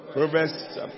Proverbs